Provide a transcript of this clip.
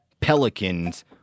pelicans